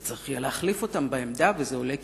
צריך יהיה להחליף אותם בעמדה וזה עולה כסף.